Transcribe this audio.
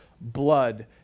blood